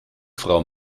frau